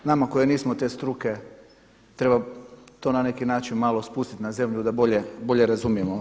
Nama koji nismo te struke treba to na neki način malo spustit na zemlju da bolje razumijemo.